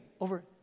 over